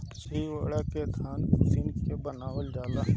चिवड़ा के धान के उसिन के बनावल जाला